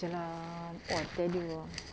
jalan !wah! I tell you ah